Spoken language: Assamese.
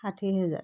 ষাঠি হেজাৰ